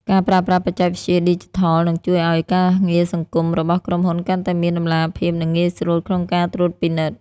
ការប្រើប្រាស់បច្ចេកវិទ្យាឌីជីថល នឹងជួយឱ្យការងារសង្គមរបស់ក្រុមហ៊ុនកាន់តែមាន តម្លាភាព និងងាយស្រួលក្នុងការត្រួតពិនិត្យ។